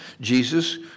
Jesus